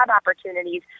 opportunities